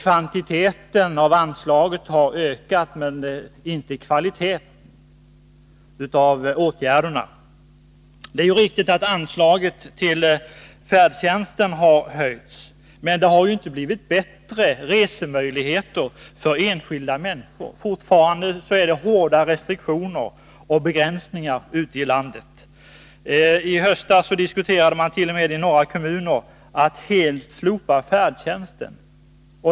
Vissa anslag har ökats kvantitativt men inte kvaliteten när det gäller åtgärderna. Det är exempelvis riktigt att anslaget till färdtjänsten har höjts, men det har inte blivit bättre resemöjligheter för enskilda människor. Fortfarande gäller hårda restriktioner och begränsningar ute i landet. I höstas diskuterade man t.o.m. i några kommuner att helt slopa färdtjänsten.